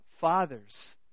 fathers